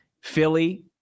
Philly